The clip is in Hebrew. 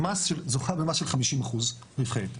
היא זוכה במס של 50% רווחי יתר.